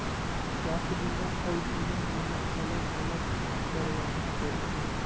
स्वास्थ बीमा अउ जीवन बीमा अलग अलग करवाना पड़थे?